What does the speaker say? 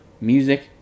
music